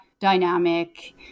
dynamic